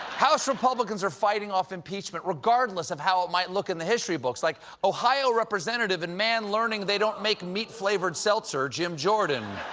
house republicans are fighting off impeachment, regardless of how it might look in the history books, like ohio representative and man learning they don't make meat-flavored seltzer, jim jordan.